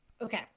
Okay